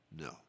No